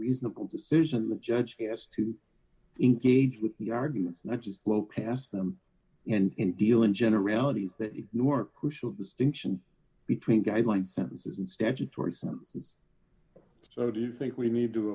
reasonable decision the judge has to engage with the arguments not just blow past them and deal in generalities that ignore crucial distinction between guideline sentences and statutory sense so do you think we need to